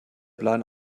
plan